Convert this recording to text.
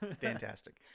Fantastic